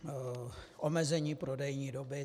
A omezení prodejní doby.